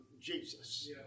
Jesus